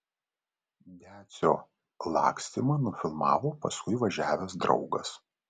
decio lakstymą nufilmavo paskui važiavęs draugas